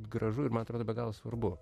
gražu ir man atrodo be galo svarbu